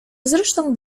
zresztą